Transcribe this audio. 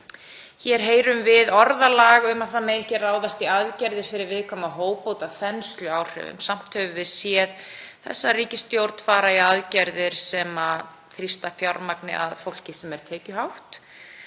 Hér heyrum við orðalag um að ekki megi ráðast í aðgerðir fyrir viðkvæma hópa út af þensluáhrifum. Samt höfum við séð þessa ríkisstjórn fara í aðgerðir sem þrýsta fjármagni að fólki sem er tekjuhátt.